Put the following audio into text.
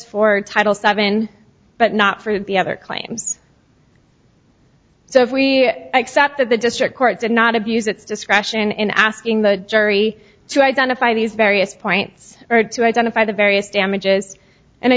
for title seven but not for the other claims so if we accept that the district court did not abuse its discretion in asking the jury to identify these various points or to identify the various damages and i